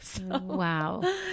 wow